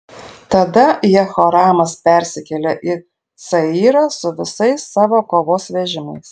tada jehoramas persikėlė į cayrą su visais savo kovos vežimais